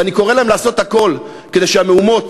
ואני קורא להם לעשות הכול כדי שהמהומות